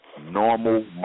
normal